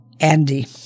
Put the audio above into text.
Andy